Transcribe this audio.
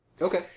Okay